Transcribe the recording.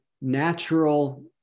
natural